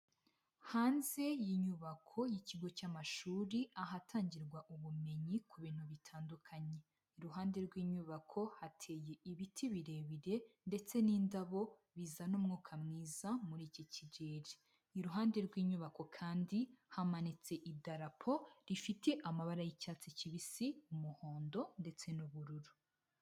Hanze y'inyubako y'ikigo cy'amashuri ahatangirwa ubumenyi ku bintu bitandukanye. Iruhande rw'inyubako hateye ibiti birebire ndetse n'indabo bizana umwuka mwiza muri iki kigeri. Iruhande rw'inyubako kandi hamanitse idarapo rifite amabara y'icyatsi kibisi, umuhondo ndetse n'ubururu.